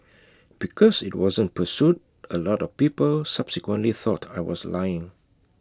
because IT wasn't pursued A lot of people subsequently thought I was lying